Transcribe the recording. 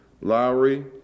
Lowry